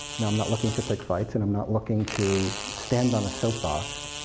now, i'm not looking to pick fights, and i'm not looking to stand on a soapbox,